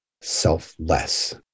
selfless